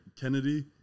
kennedy